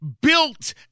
built